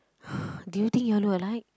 do you think you all look alike